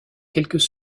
quelques